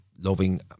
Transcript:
loving